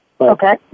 Okay